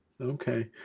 Okay